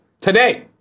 Today